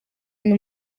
uyu